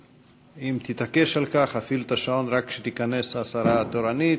אם תתעקש על כך אני אפעיל את השעון רק כשתיכנס השרה התורנית.